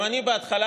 גם אני בהתחלה,